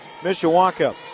Mishawaka